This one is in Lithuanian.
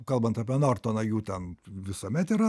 kalbant apie nortoną jų ten visuomet yra